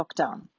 lockdown